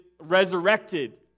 resurrected